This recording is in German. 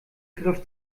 griff